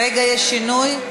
רגע, יש שינוי?